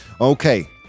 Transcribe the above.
Okay